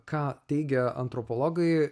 ką teigia antropologai